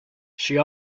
she